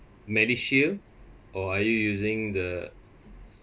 MediShield or are you using the